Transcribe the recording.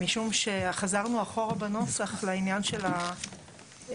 משום שחזרנו אחורה בנוסח לעניין של העניין